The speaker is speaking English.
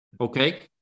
Okay